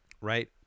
right